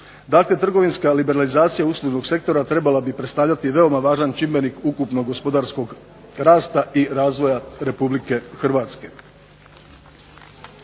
Dakle, trgovinska liberalizacija uslužnog sektora trebala bi predstavljati veoma važan čimbenik ukupnog gospodarskog rasta i razvoja RH. Na kraju